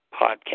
podcast